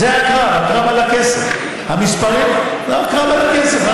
זה הקרב, הקרב על הכסף.